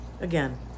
Again